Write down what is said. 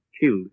killed